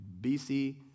BC